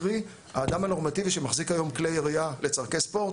קרי: האדם הנורמטיבי שמחזיק היום כלי ירייה לצורכי ספורט,